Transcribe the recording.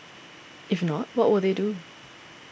if not what will they do